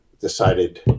decided